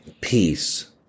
peace